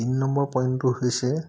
তিনি নম্বৰ পইণ্টটো হৈছে